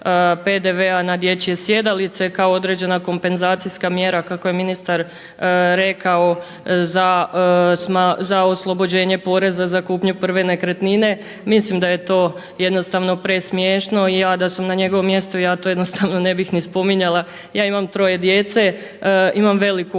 na dječje sjedalice kao određena kompenzacijska mjera kako je ministar rekao za oslobođenje poreza za kupnju prve nekretnine. Mislim da je to jednostavno presmiješno i ja da sam na njegovom mjestu ja to ne bih ni spominjala. Ja imam troje djece imam veliku obitelj